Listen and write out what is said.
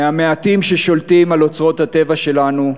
מהמעטים ששולטים על אוצרות הטבע שלנו,